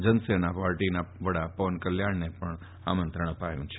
જનસેના પાર્ટીના વડા પવન કલ્યાણને પણ આમંત્રીત કરાયા છે